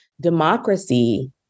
democracy